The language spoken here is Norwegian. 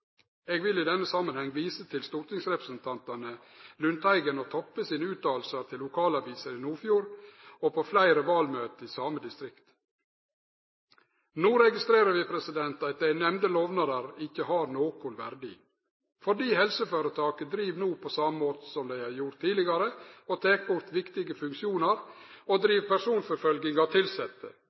Eg vil i denne samanhengen vise til stortingsrepresentantane Lundteigen og Toppe sine utsegner til lokalaviser i Nordfjord og på fleire valmøte i same distrikt. No registrerer vi at dei nemnde lovnader ikkje har nokon verdi, fordi helseføretaket driv på same måten som det har gjort tidlegare, og tek bort viktige funksjonar og driv personforfølging av tilsette,